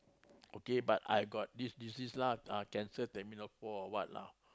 okay but I got this this this lah ah or what lah